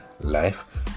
life